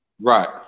right